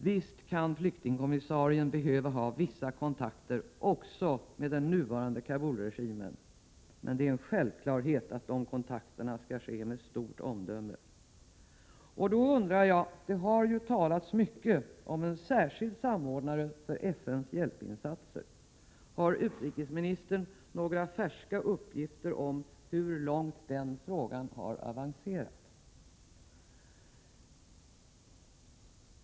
Visst kan flyktingkommissarien behöva ha vissa kontakter även med den nuvarande Kabulregimen, men det är en självklarhet att de kontakterna skall tas med stort omdöme. Det har talats mycket om en särskild samordnare för FN:s hjälpinsatser. Har utrikesministern några färska uppgifter om hur långt den frågan har avancerat?